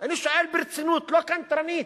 אני שואל ברצינות, לא קנטרנית.